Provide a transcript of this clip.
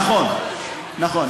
נכון, נכון.